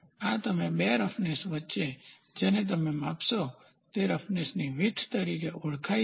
આ તમે બે રફનેસ વચ્ચે જેને તમે માપશો તે રફનેસની વીથ તરીકે ઓળખાય છે